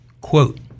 quote